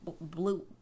blue